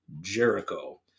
Jericho